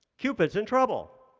cupid is in trouble.